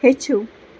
ہیٚچھِو